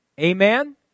Amen